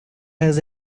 has